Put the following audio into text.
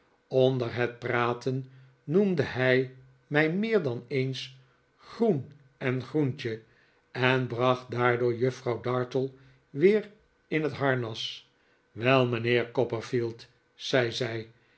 onder het praten noemde hij mij meer dan eens groen en groentje en bracht daardoor juffrouw dartle weer in het harnas wel mijnheer copperfield zei